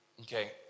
Okay